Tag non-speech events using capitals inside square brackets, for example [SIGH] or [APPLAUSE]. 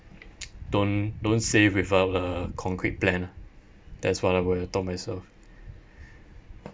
[NOISE] don't don't save without a concrete plan ah that's what I would have told myself